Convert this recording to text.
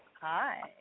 Hi